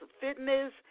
fitness